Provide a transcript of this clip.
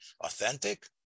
authentic